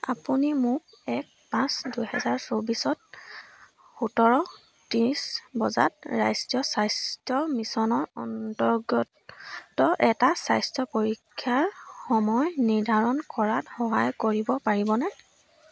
আপুনি মোক এক পাঁচ দুহেজাৰ চৌবিছত সোতৰ ত্ৰিছ বজাত ৰাষ্ট্ৰীয় স্বাস্থ্য মিছনৰ অন্তৰ্গত এটা স্বাস্থ্য পৰীক্ষাৰ সময় নিৰ্ধাৰণ কৰাত সহায় কৰিব পাৰিবনে